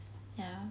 ya